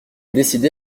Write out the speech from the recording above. décidé